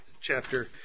chapter